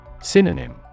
Synonym